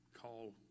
Call